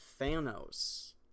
Thanos